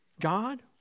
God